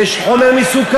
אם אין, ויש חומר מסוכן.